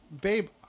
babe